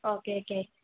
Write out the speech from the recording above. okay okay